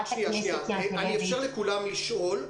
--- אני אאפשר לכולם לשאול,